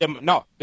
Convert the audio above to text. No